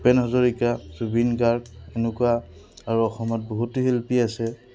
ভূপেন হাজৰিকা জুবিন গাৰ্গ এনেকুৱা আৰু অসমত বহুতো শিল্পী আছে